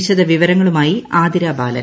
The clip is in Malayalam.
വിശദവിവരങ്ങളുമായി ആതിരാബാലൻ